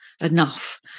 enough